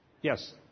Yes